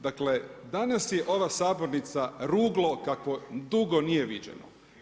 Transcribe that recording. Dakle, danas je ova sabornica ruglo kakvo dugo nije viđeno.